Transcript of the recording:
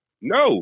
no